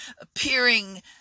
appearing